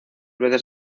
veces